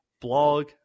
Blog